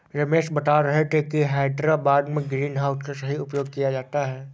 रमेश बता रहे थे कि हैदराबाद में ग्रीन हाउस का सही उपयोग किया जाता है